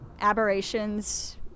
aberrations